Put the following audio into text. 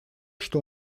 что